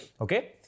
Okay